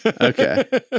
Okay